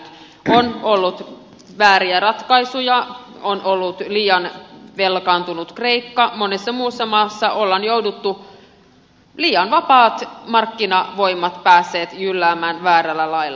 on ollut vääriä ratkaisuja on ollut liian velkaantunut kreikka monessa muussa maassa ovat liian vapaat markkinavoimat päässeet jylläämään väärällä lailla